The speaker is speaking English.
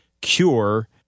cure –